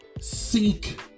Seek